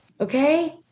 Okay